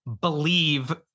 believe